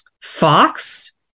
Fox